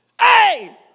hey